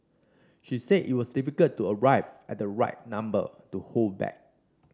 she said it was difficult to arrive at the right number to hold back